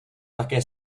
také